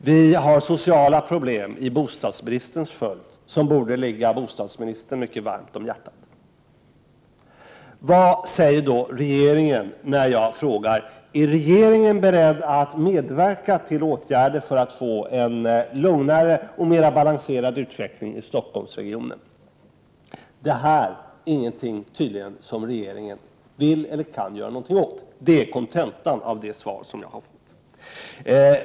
Vi har sociala problem i bostadsbristens följd, som det borde ligga bostadsministern mycket varmt om hjärtat att lösa. Vad säger då regeringen när jag frågar: Är regeringen beredd att medverka till åtgärder för att få en lugnare och mera balanserad utveckling i Stockholmsregionen? Kontentan av det svar som jag har fått är att detta tydligen inte är någonting som regeringen kan eller vill göra någonting åt.